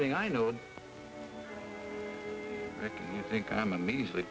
thing i know i think i'm a measly